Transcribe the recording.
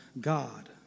God